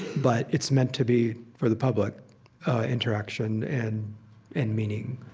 but it's meant to be for the public interaction and and meaning